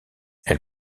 elle